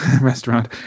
restaurant